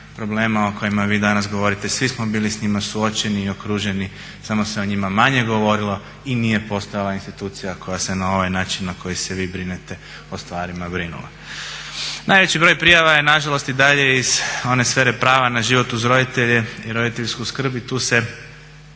problema o kojima vi danas govorite. Svi smo bili s njima suočeni i okruženi samo se o njima manje govorilo i nije postojala institucija koja se na ovaj način na koji se vi brinete o stvarima brinula. Najveći broj prijava je na žalost i dalje iz one sfere prava na život uz roditelje i roditeljsku skrb i tu se